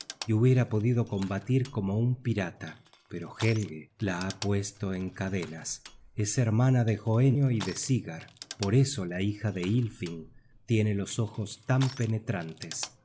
y hubiera podido combatir como un pirata pero helge la ha puesto en cadenas es hermana de hoenio y de sigar por eso la hija de ylfing tiene los ojos tan penetrantes